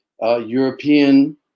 European